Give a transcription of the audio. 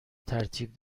ترتیب